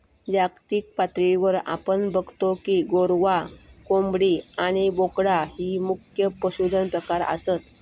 जागतिक पातळीवर आपण बगतो की गोरवां, कोंबडी आणि बोकडा ही मुख्य पशुधन प्रकार आसत